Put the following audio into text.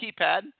keypad